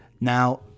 Now